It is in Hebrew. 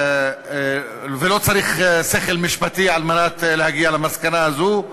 ולא צריך שכל משפטי כדי להגיע למסקנה הזאת.